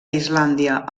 islàndia